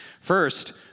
First